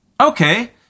Okay